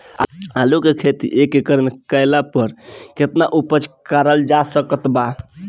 आलू के खेती एक एकड़ मे कैला पर केतना उपज कराल जा सकत बा?